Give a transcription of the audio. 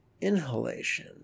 inhalation